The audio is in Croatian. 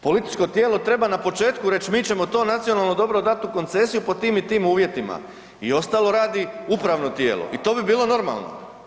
Političko tijelo treba na početku reć mi ćemo to nacionalno dobro dat u koncesiju pod tim i tim uvjetima i ostalo radi upravno tijelo i to bi bilo normalno.